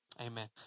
amen